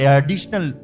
additional